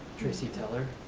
tracy teller.